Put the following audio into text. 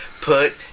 Put